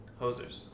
Hosers